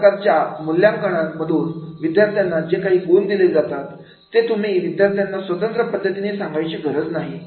अशा प्रकारच्या मूल्यांकना मधून विद्यार्थ्यांना जे काही गुण दिले जातात ते तुम्ही विद्यार्थ्यांना स्वतंत्र पद्धतीने सांगायची गरज नाही